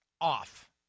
off